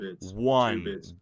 one